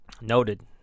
Noted